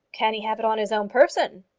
can he have it on his own person?